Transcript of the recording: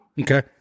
Okay